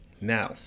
Now